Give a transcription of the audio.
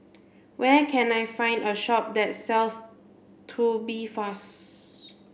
where can I find a shop that sells Tubifast